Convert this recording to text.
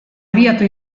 abiatu